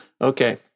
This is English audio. okay